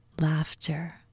laughter